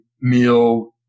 meal